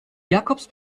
jakobs